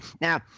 Now